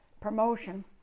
promotion